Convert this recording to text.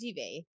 TV